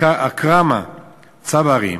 עכרמה צברי,